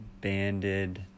banded